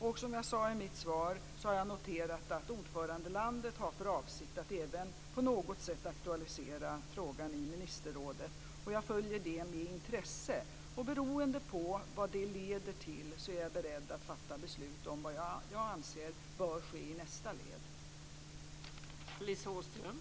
Och som jag sade i mitt svar har jag noterat att ordförandelandet har för avsikt att även på något sätt aktualisera frågan i ministerrådet. Och jag följer det med intresse, och beroende på vad det leder till är jag beredd att fatta beslut om vad jag anser bör ske i nästa led.